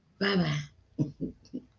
Bye-bye